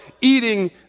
eating